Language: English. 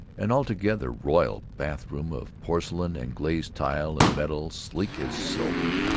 an altogether royal bathroom of porcelain and glazed tile and metal sleek as silver.